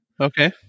Okay